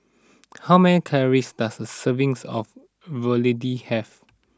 how many calories does a servings of Ravioli have